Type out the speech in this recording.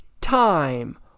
time